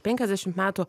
penkiasdešimt metų